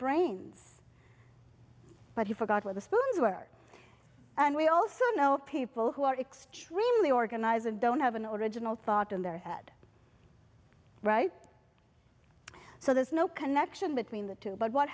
brains but he forgot where the spoons were and we also know of people who are extremely organized and don't have an origin or thought in their head right so there's no connection between the two but what